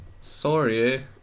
Sorry